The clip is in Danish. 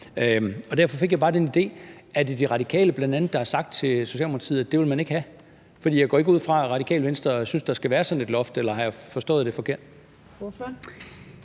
Derfor fik jeg bare den idé, om det bl.a. er De Radikale, der har sagt til Socialdemokratiet, at det ville man ikke have. For jeg går ikke ud fra, at Radikale Venstre synes, der skal være sådan et loft – eller har jeg forstået det forkert? Kl.